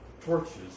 Torches